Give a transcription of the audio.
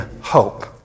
hope